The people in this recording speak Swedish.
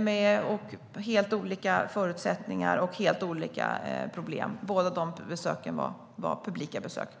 med helt olika förutsättningar och helt olika problem. Båda de besöken var publika besök.